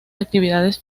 actividades